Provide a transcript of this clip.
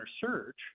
search